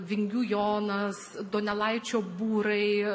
vingių jonas donelaičio būrai